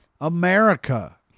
America